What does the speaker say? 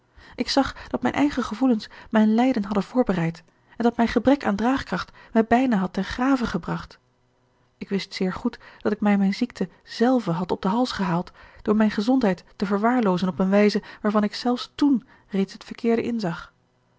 ik zag dat mijn eigen gevoelens mijn lijden hadden voorbereid en dat mijn gebrek aan draagkracht mij bijna had ten grave gebracht ik wist zeer goed dat ik mij mijne ziekte zelve had op den hals gehaald door mijne gezondheid te verwaarloozen op een wijze waarvan ik zelfs toen reeds het verkeerde inzag